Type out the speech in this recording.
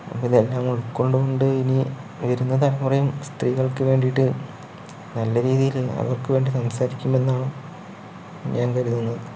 അപ്പോൾ ഇതെല്ലം ഉൾക്കൊണ്ടുകൊണ്ട് ഇനിവരുന്ന തലമുറയും സ്ത്രീകൾക്ക് വേണ്ടിട്ട് നല്ലരീതില് അവർക്ക് വേണ്ടി സംസാരിക്കും എന്നാണ് ഞാൻ കരുതുന്നത്